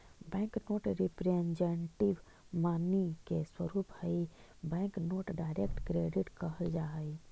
bank note representative money के स्वरूप हई बैंक नोट डायरेक्ट क्रेडिट कहल जा हई